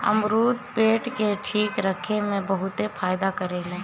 अमरुद पेट के ठीक रखे में बहुते फायदा करेला